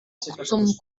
zum